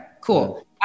Cool